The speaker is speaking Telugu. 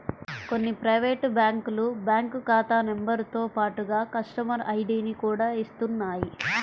కొన్ని ప్రైవేటు బ్యాంకులు బ్యాంకు ఖాతా నెంబరుతో పాటుగా కస్టమర్ ఐడిని కూడా ఇస్తున్నాయి